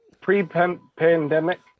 pre-pandemic